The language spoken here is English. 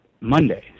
Monday